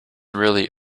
really